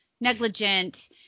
negligent